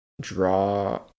draw